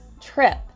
trip